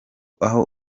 aho